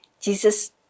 Jesus